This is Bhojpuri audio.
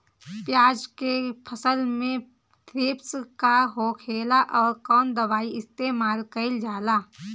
प्याज के फसल में थ्रिप्स का होखेला और कउन दवाई इस्तेमाल कईल जाला?